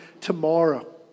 tomorrow